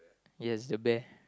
yes the bear